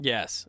Yes